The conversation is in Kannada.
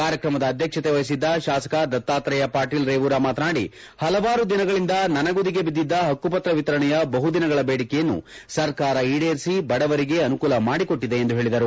ಕಾರ್ಯಕ್ರಮದ ಅಧ್ಯಕ್ಷತೆ ವಹಿಸಿದ್ದ ಶಾಸಕ ದತ್ತಾತ್ರೇಯ ಪಾಟೀಲ್ ರೇವೂರಾ ಮಾತನಾದಿ ಹಲವಾರು ದಿನಗಳಿಂದ ನನೆಗುದಿಗೆ ಬಿದ್ದಿದ್ದ ಹಕ್ಕುಪತ್ರ ವಿತರಣೆಯ ಬಹುದಿನಗಳ ಬೇದಿಕೆಯನ್ನು ಸರ್ಕಾರ ಈಡೇರಿಸಿ ಬಡವರಿಗೆ ಅನುಕೂಲ ಮಾದಿಕೊಟ್ಟಿದೆ ಎಂದು ಹೇಳಿದರು